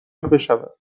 بشود